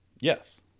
Yes